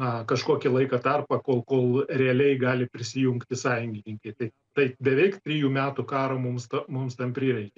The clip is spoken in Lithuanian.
na kažkokį laiko tarpą kol kol realiai gali prisijungti sąjungininkai tai tai beveik trijų metų karo mums ta mums tam prireikė